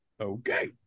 Okay